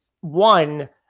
One